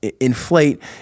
inflate